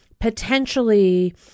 potentially